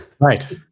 Right